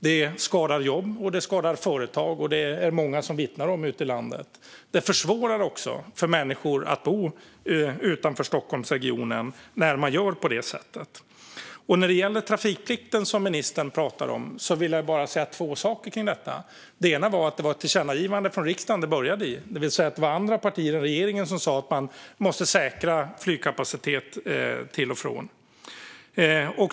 Det skadar jobb, och det skadar företag. Det är det många som vittnar om ute i landet. Det försvårar också för människor att bo utanför Stockholmsregionen när man gör på det sättet. När det gäller trafikplikten, vilket ministern pratar om, vill jag bara säga två saker. Det ena är att det började i ett tillkännagivande från riksdagen. Det var alltså andra partier än regeringspartierna som sa att man måste säkra flygkapacitet till och från.